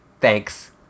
thanks